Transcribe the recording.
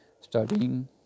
studying